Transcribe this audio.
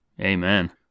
Amen